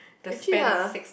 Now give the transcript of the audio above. actually ya